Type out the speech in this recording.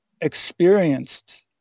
experienced